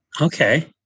Okay